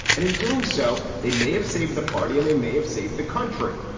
and in doing so, they may have saved the party and they may have saved the country.